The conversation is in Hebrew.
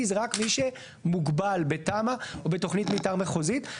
זה רק מי שמוגבל בתמ"א או בתוכנית מתאר מחוזית.